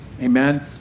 Amen